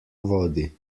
vodi